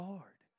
Lord